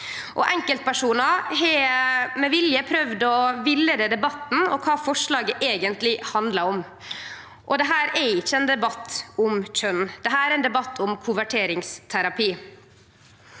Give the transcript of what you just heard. Enkeltpersonar har med vilje prøvd å villeie i debatten når det gjeld kva forslaget eigentleg handlar om. Det er ikkje ein debatt om kjønn, det er ein debatt om konverteringsterapi.